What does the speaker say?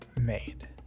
made